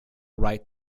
right